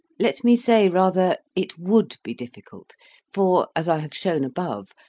let me say rather, it would be difficult for, as i have shown above,